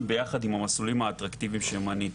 ביחד עם המסלולים האטרקטיביים שמניתי.